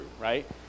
right